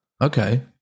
Okay